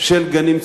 של גנים ציבוריים,